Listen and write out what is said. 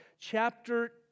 chapter